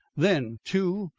then two,